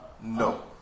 No